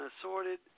assorted